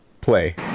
play